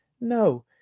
No